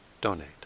donate